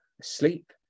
asleep